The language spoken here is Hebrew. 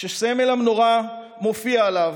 שסמל המנורה מופיע עליו,